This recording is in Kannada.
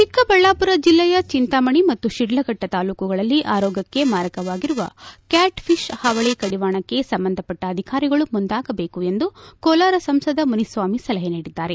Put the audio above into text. ಚಿಕ್ಕಬಳ್ಳಾಪುರ ಜಿಲ್ಲೆಯ ಚಿಂತಾಮಣಿ ಮತ್ತು ಶಿಡ್ಲಫಟ್ಟ ತಾಲೂಕುಗಳಲ್ಲಿ ಆರೋಗ್ಯಕ್ಷೆ ಮಾರಕವಾಗಿರುವ ಕ್ಟಾಟ್ ಫಿಷ್ ಹಾವಳ ಕಡಿವಾಣಕ್ಕೆ ಸಂಬಂಧಪಟ್ಟ ಅಧಿಕಾರಿಗಳು ಮುಂದಾಗಬೇಕು ಎಂದು ಕೋಲಾರ ಸಂಸದ ಮುನಿಸ್ವಾಮಿ ಸಲಹೆ ನೀಡಿದ್ದಾರೆ